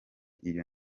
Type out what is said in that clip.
iyo